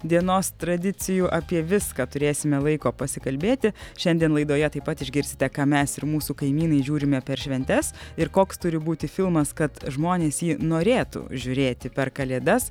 dienos tradicijų apie viską turėsime laiko pasikalbėti šiandien laidoje taip pat išgirsite ką mes ir mūsų kaimynai žiūrime per šventes ir koks turi būti filmas kad žmonės jį norėtų žiūrėti per kalėdas